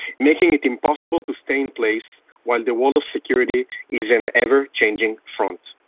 making it impossible to stay in place while the world of security is an ever changing front.